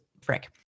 Frick